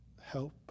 help